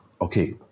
Okay